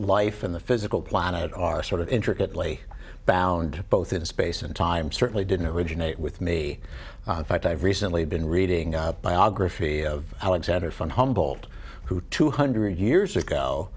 life in the physical planet are sort of intricately bound both in space and time certainly didn't originate with me fight i've recently been reading a biography of alexander from humboldt who two hundred years ago